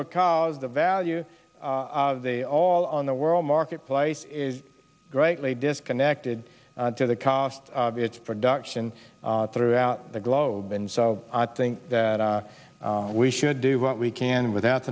because the value of the all on the world marketplace is greatly disconnected to the cost of its production throughout the globe and so i think that we should do what we can without